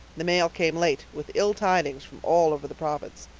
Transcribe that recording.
the mail came late with ill tidings from all over the province.